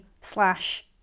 slash